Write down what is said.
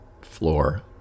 floor